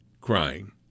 crying